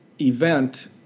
event